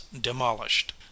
demolished